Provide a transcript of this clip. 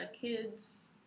kids